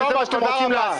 שזה מה שאתם רוצים לעשות.